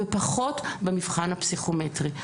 ופחות במבחן הפסיכומטרי.